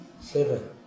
Seven